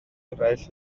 eraill